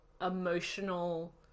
emotional